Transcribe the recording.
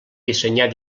dissenyar